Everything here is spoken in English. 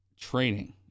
training